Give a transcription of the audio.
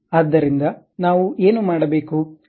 ಆದ್ದರಿಂದ ನಾವು ಏನು ಮಾಡಬೇಕು